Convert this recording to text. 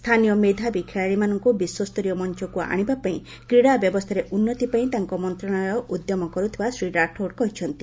ସ୍ଥାନୀୟ ମେଧାବୀ ଖେଳାଳି ମାନଙ୍କୁ ବିଶ୍ୱସ୍ତରୀୟ ମଞ୍ଚକୁ ଆଶିବା ପାଇଁ କ୍ୀଡାବ୍ୟବସ୍ଥାରେ ଉନ୍ତି ପାଇଁ ତାଙ୍କ ମନ୍ତ୍ରଣାଳୟ ଉଦ୍ୟମ କର୍ତ୍ତିବା ଶ୍ରୀ ରାଠୋର କହିଛନ୍ତି